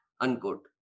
unquote